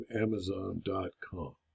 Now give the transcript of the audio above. Amazon.com